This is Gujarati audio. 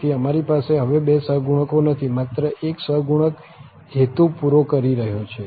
તેથી અમારી પાસે હવે બે સહગુણકો નથી માત્ર એક સહગુણક હેતુ પૂરો કરી રહ્યો છે